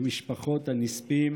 למשפחות הנספים,